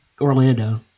Orlando